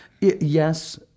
yes